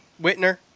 Whitner